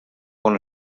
bon